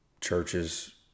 churches